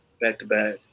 back-to-back